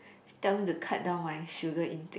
she tell me to cut down my sugar intake